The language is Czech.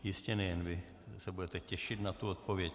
Jistě nejen vy se budete těšit na tu odpověď.